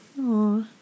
Aw